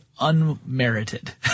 unmerited